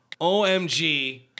OMG